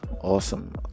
awesome